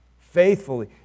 faithfully